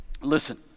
Listen